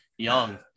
Young